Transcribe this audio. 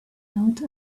not